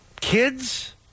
Kids